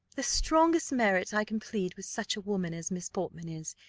the strongest merit i can plead with such a woman as miss portman is,